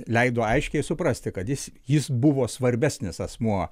leido aiškiai suprasti kad jis jis buvo svarbesnis asmuo